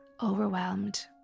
overwhelmed